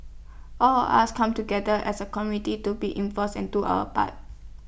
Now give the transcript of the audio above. all of us come together as A community to be involves and do our part